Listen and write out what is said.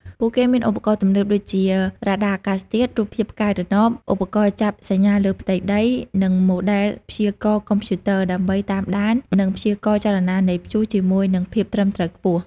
ពួកគេមានឧបករណ៍ទំនើប ដូចជា រ៉ាដាអាកាសធាតុ រូបភាពផ្កាយរណប ឧបករណ៍ចាប់សញ្ញាលើផ្ទៃដី និងម៉ូដែលព្យាករណ៍កុំព្យូទ័រ ដើម្បីតាមដាន និងព្យាករណ៍ចលនានៃព្យុះជាមួយនឹងភាពត្រឹមត្រូវខ្ពស់។